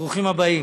ברוכים הבאים,